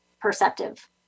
perceptive